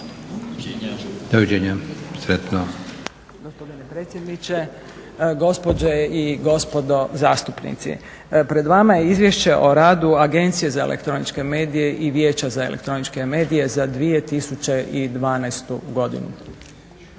Mirjana** Gospodine predsjedniče, gospođe i gospodo zastupnici. Pred vama je Izvješće o radu Agencije za elektroničke medije i Vijeća za elektroničke medije za 2012. godinu.